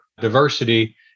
diversity